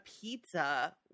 pizza